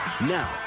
Now